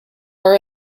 are